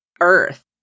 Earth